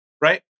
Right